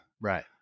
right